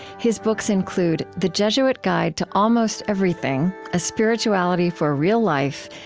his books include the jesuit guide to almost everything a spirituality for real life,